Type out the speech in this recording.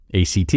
ACT